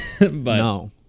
No